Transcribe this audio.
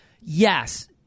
yes